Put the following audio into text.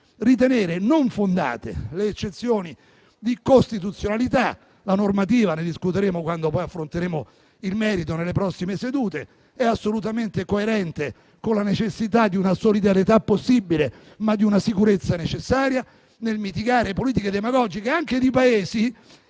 ritenere non fondate le eccezioni di costituzionalità. La normativa - ne discuteremo quando poi affronteremo il merito nelle prossime sedute - è assolutamente coerente con la necessità di una solidarietà possibile, ma di una sicurezza necessaria nel mitigare politiche demagogiche anche di Paesi